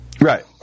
Right